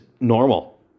normal